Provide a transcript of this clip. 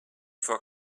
for